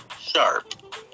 Sharp